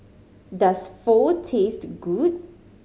does Pho taste good